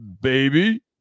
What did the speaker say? baby